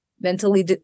mentally